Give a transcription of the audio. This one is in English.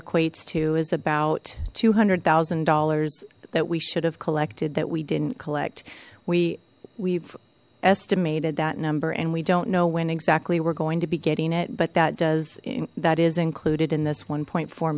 equates to is about two hundred thousand dollars that we should have collected that we didn't collect we we've estimated that number and we don't know when exactly we're going to be getting it but that does that is included in this one point four